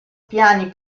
piani